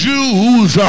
Jews